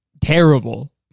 Terrible